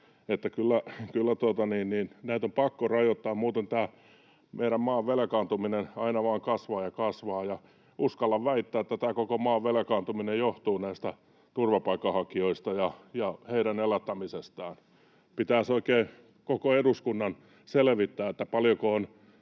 näitä on pakko rajoittaa, muuten tämä meidän maan velkaantuminen aina vain kasvaa ja kasvaa. Uskallan väittää, että tämä koko maan velkaantuminen johtuu näistä turvapaikanhakijoista ja heidän elättämisestään. Pitäisi oikein koko eduskunnan selvittää, paljonko